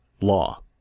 law